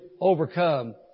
overcome